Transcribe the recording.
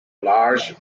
large